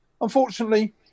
Unfortunately